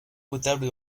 potable